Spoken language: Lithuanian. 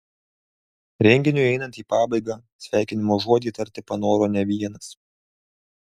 renginiui einant į pabaigą sveikinimo žodį tarti panoro ne vienas